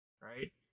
right